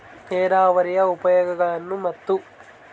ನೇರಾವರಿಯ ಉಪಯೋಗಗಳನ್ನು ಮತ್ತು?